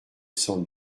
cent